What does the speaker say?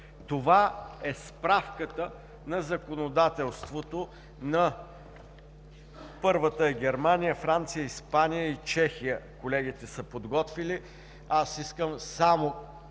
Това е справката на законодателството на Германия, Франция, Испания и Чехия. Колегите са я подготвили. Аз искам да